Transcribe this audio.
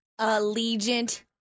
Allegiant